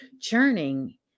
churning